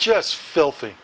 just filthy